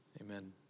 Amen